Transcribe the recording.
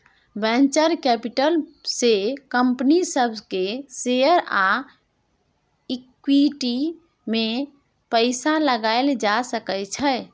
venture capital से company सब के शेयर आ इक्विटी में पैसा लगाएल जा सकय छइ